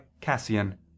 Cassian